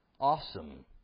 awesome